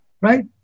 right